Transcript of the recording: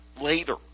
later